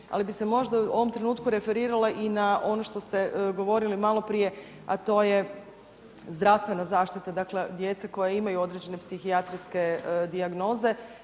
Ali bi se možda u ovom trenutku referirala i na ono što ste govorili maloprije a to je zdravstvena zaštita dakle djece koja imaju određene psihijatrijske dijagnoze.